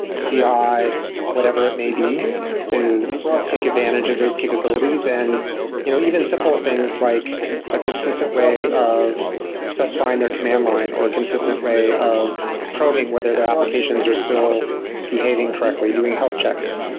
ci, whatever it may be to take advantage of those capabilities, and you know even simple things like a consistent way of specifying their command line, or a consistent way of probing whether their applications are still behaving correctly, doing health checks,